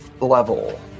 level